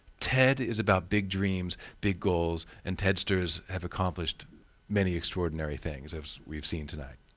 ted is about big dreams, big goals, and tedsters have accomplished many extraordinary things, as we've seen today.